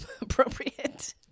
appropriate